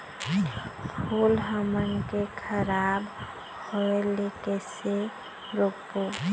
फूल हमन के खराब होए ले कैसे रोकबो?